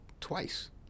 twice